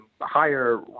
higher